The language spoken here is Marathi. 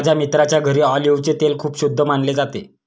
माझ्या मित्राच्या घरी ऑलिव्हचे तेल खूप शुद्ध मानले जाते